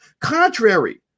Contrary